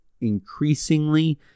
increasingly